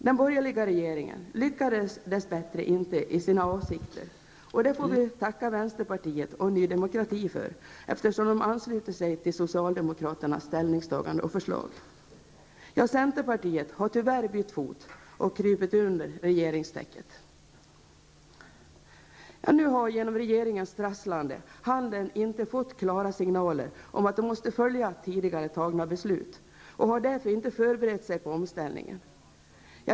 Den borgerliga regeringen lyckades dess bättre inte i sina avsikter, och det får vi tacka vänsterpartiet och Ny Demokrati för, eftersom de har anslutit sig till socialdemokraternas ställningstagande och förslag. Centerpartiet har tyvärr bytt fot och krupit in under regeringstäcket. Nu har handeln genom regeringens trasslande inte fått klara signaler om att den måste följa tidigare fattade beslut och har därför inte förberett sig på omställningen.